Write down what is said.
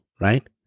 right